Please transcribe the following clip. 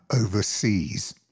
overseas